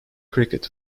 cricket